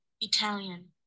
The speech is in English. Italian